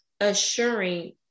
assuring